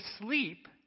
sleep